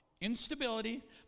instability